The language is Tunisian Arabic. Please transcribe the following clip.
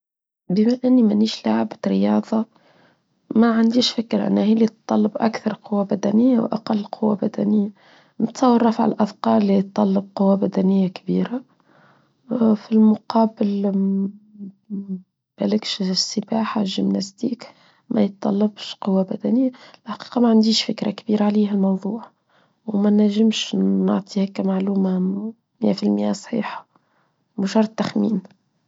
بما أني مانيش لعبة رياضة ما عنديش فكرة عنها هي ليتطلب أكثر قوة بدنية وأقل قوة بدنية نتصور رفع الأذقاء ليتطلب قوة بدنية كبيرة في المقابل بلقش السباحة جي الناس ديك ما يتطلبش قوة بدنية حقيقة ما عنديش فكرة كبيرة عليها الموضوع وما ننجمش نعطي هيك معلومة ميئه في الميئه صحيحة مو چرد تخمين.